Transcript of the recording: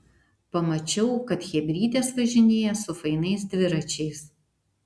pamačiau kad chebrytės važinėja su fainais dviračiais